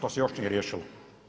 To se još nije riješilo.